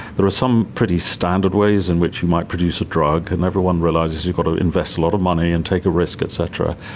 there are some pretty standard ways in which you might produce a drug and everyone realises you've got to invest a lot of money and take a risk et cetera,